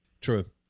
True